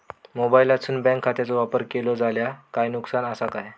मोबाईलातसून बँक खात्याचो वापर केलो जाल्या काय नुकसान असा काय?